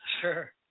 Sure